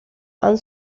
han